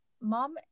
mom